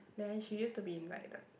then she used to be in like the